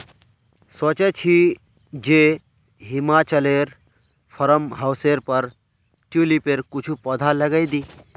सोचे छि जे हिमाचलोर फार्म हाउसेर पर ट्यूलिपेर कुछू पौधा लगइ दी